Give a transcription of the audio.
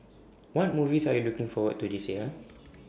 what movies are you looking forward to this year